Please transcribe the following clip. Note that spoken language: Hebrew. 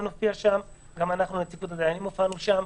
גם אנחנו הדיינים היינו שם.